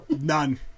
None